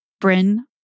Bryn